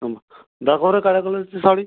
थांबा दाखव रे काळ्या कलरची साडी